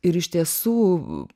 ir iš tiesų